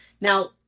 Now